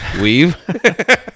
weave